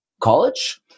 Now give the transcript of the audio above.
college